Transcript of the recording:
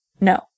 No